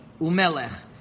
u'melech